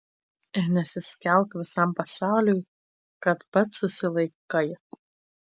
ir nesiskelbk visam pasauliui kad pats susilaikai